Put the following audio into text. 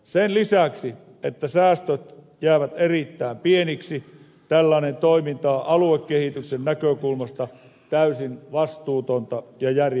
sen lisäksi että säästöt jäävät erittäin pieniksi tällainen toiminta on aluekehityksen näkökulmasta täysin vastuutonta ja järjenvastaista